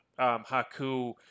Haku